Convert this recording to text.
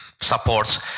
supports